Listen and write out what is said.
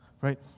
right